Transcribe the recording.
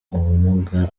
ubumuga